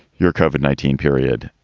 your covered nineteen period.